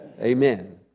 amen